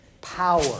power